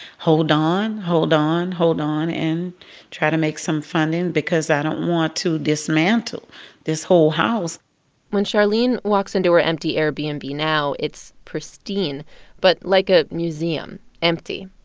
hold on, hold on, hold on, and try to make some funding because i don't want to dismantle this whole house when charlene walks into her empty airbnb and now, it's pristine but like a museum empty.